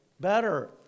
better